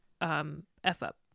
F-up